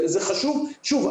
שוב,